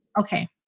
Okay